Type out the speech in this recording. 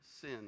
sin